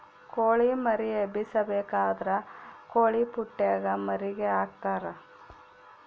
ಕೊಳಿ ಮರಿ ಎಬ್ಬಿಸಬೇಕಾದ್ರ ಕೊಳಿಪುಟ್ಟೆಗ ಮರಿಗೆ ಹಾಕ್ತರಾ